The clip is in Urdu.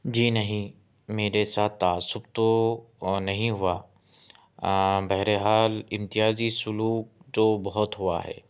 جی نہیں میرے ساتھ تعصب تو نہیں ہوا بہرِ حال امتیازی سلوک تو بہت ہوا ہے